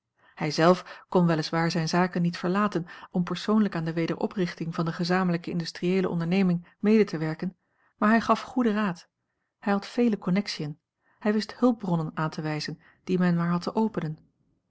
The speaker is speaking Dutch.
hij zelf kon wel is waar zijne zaken niet verlaten om persoonlijk aan de wederoprichting van de gezamenlijke industrieele onderneming mede te werken maar hij gaf goeden raad hij had vele connectiën hij wist hulpbronnen aan te wijzen die men maar had te openen